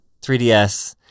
3ds